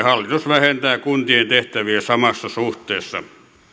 hallitus vähentää kuntien tehtäviä samassa suhteessa